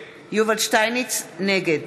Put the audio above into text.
נגד